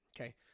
Okay